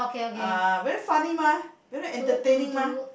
uh very funny mah very entertaining mah